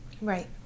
Right